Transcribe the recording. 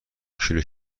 کیلو